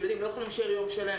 ילדים לא יכולים להישאר יום שלם.